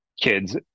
kids